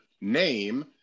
name